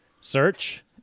search